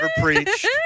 preached